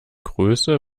größe